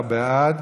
13 בעד,